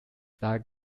that